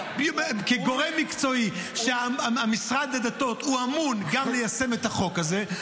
כגורם מקצועי של משרד הדתות הוא אמון גם ליישם את החוק הזה,